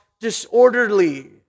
disorderly